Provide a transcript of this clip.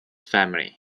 family